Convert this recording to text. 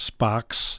Sparks